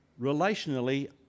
relationally